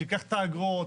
תיקח את האגרות.